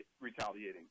retaliating